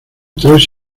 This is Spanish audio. tres